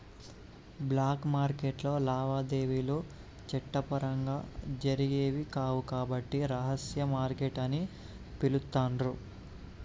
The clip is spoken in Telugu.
బ్లాక్ మార్కెట్టులో లావాదేవీలు చట్టపరంగా జరిగేవి కావు కాబట్టి రహస్య మార్కెట్ అని పిలుత్తాండ్రు